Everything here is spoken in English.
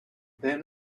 then